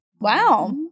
Wow